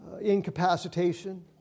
incapacitation